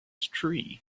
tree